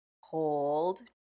hold